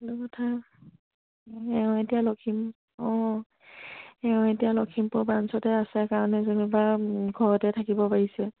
সেইটো কথা সেয়া আৰু এতিয়া লখিম অঁ সেয়া আৰু এতিয়া লখিমপুৰ ব্ৰাঞ্চতে আছে কাৰণে যেনিবা ঘৰতে থাকিব পাৰিছে